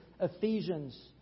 Ephesians